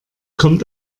kommt